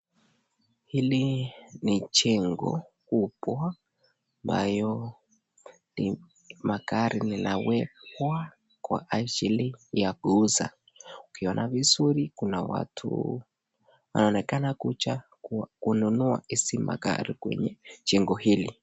Hili ni jengo kubwa ambayo magari linawekwa kwa ajili ya kuuza, ukiona vizuri kuna watu wanaonekana kuja kununua hizi magari kwenye jengo hili.